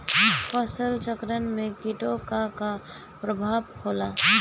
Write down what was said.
फसल चक्रण में कीटो का का परभाव होला?